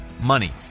monies